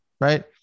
right